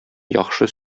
яхшы